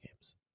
games